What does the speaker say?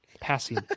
Passing